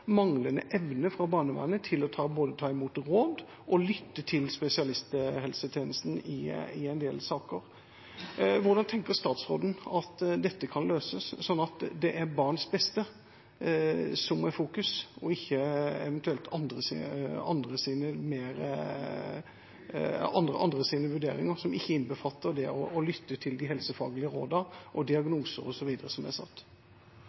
manglende kompetanse og manglende evne fra barnevernets side til både å ta imot råd og lytte til spesialisthelsetjenesten i en del saker. Hvordan tenker statsråden at dette kan løses, slik at det er barnets beste som er i fokus, og ikke andres vurderinger, som ikke innbefatter det å lytte til de helsefaglige rådene og diagnoser osv. som er satt?